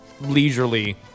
leisurely